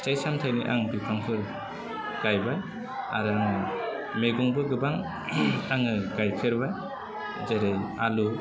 फिथाइ सामथायनि आं बिफांफोर गायबाय आरो आं मैगंबो गोबां आङो गायफेरबाय जेरै आलु